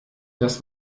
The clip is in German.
das